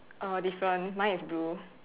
uh different mine is blue